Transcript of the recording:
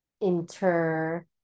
inter